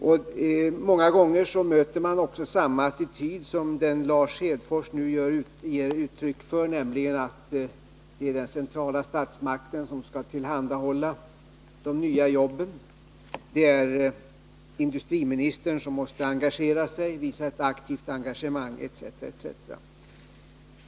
Ofta möter man också samma attityd som den som Lars Hedfors ger uttryck för, nämligen att det är den centrala statsmakten som skall tillhandahålla de nya jobben. Det är industriministern som måste visa ett aktivt engagemang, etc., etc.